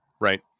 right